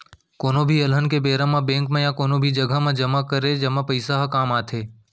कोनो भी अलहन के बेरा म बेंक म या कोनो भी जघा म जमा करे जमा पइसा ह काम आथे